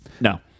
No